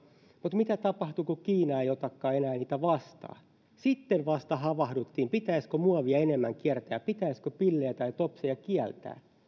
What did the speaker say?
mutta mitä tapahtui kun kiina ei ottanutkaan enää niitä vastaan sitten vasta havahduttiin pitäisikö muovia enemmän kierrättää pitäisikö pillejä tai topseja kieltää tätä